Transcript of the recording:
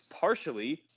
partially